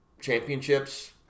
championships